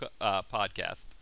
podcast